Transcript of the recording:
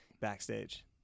backstage